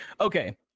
Okay